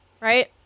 Right